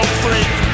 freak